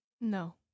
no